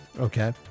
Okay